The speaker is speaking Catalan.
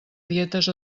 dietes